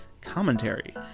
commentary